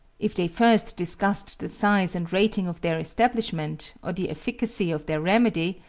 if they first discussed the size and rating of their establishment, or the efficacy of their remedy,